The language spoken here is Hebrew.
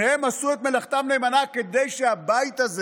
שניהם עשו את מלאכתם נאמנה כדי שהבית הזה